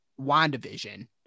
WandaVision